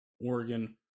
Oregon